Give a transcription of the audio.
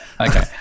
okay